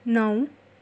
नौ